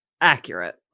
accurate